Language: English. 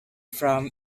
from